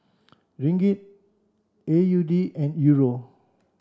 Ringgit A U D and Euro